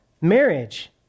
marriage